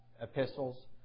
epistles